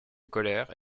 colère